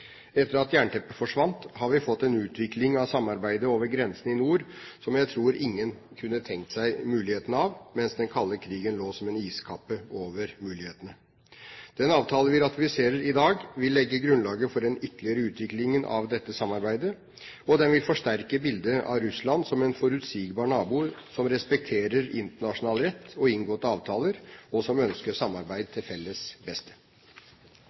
Etter at jernteppet forsvant, har vi fått en utvikling av samarbeidet over grensen i nord som jeg tror ingen kunne tenkt seg mens den kalde krigen lå som en iskappe over mulighetene. Den avtalen vi ratifiser i dag, vil legge grunnlaget for en ytterligere utvikling av dette samarbeidet, og den vil forsterke bildet av Russland som en forutsigbar nabo som respekterer internasjonal rett og inngåtte avtaler, og som ønsker samarbeid til felles beste.